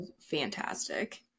fantastic